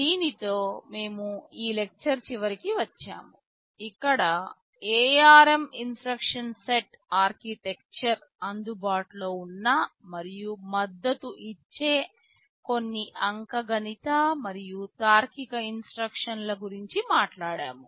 దీనితో మేము ఈ లెక్చర్ చివరికి వచ్చాము ఇక్కడ ARM ఇన్స్ట్రక్షన్ సెట్ ఆర్కిటెక్చర్ అందుబాటులో ఉన్న మరియు మద్దతు ఇచ్చే కొన్ని అంకగణిత మరియు తార్కిక ఇన్స్ట్రక్షన్ లు గురించి మాట్లాడాము